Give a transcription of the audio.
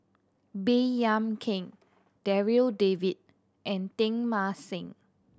Baey Yam Keng Darryl David and Teng Mah Seng